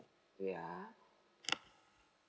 wait ah